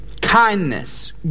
kindness